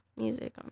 Music